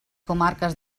comarques